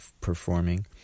performing